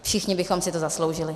Všichni bychom si to zasloužili.